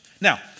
Now